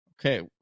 Okay